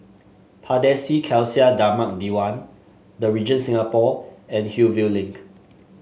Pardesi Khalsa Dharmak Diwan The Regent Singapore and Hillview Link